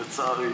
לצערי.